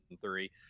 three